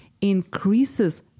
increases